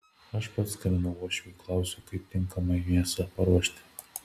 aš pats skambinau uošviui klausiau kaip tinkamai mėsą paruošti